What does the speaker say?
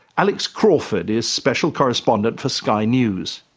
alex crawford is special correspondent for sky news.